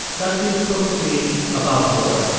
that feels perfectly aboveboard.